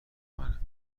منه